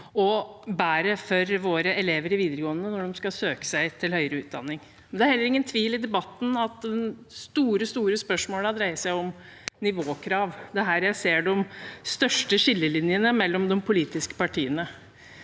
og bedre for våre elever i videregående når de skal søke seg til høyere utdanning. Det er heller ingen tvil i debatten om at de store spørsmålene har dreid seg om nivåkrav. Det er her jeg ser de største skillelinjene mellom de politiske partiene.